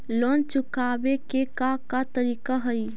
Loan चुकावे के का का तरीका हई?